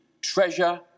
treasure